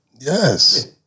Yes